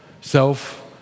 self